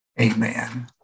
Amen